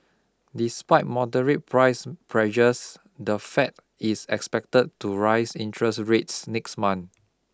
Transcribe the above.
despite moderate price pressures the Fed is expected to raise interest rates next month